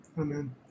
Amen